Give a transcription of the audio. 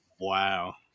Wow